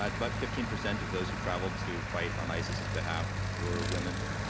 but but fifteen percent of those who traveled to fight on isis's behalf were women.